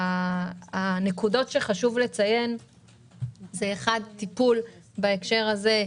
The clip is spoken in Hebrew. הנקודות שחשוב לציין זה, ראשית, טיפול בהקשר הזה,